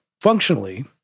functionally